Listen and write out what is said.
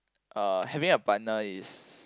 uh having a partner is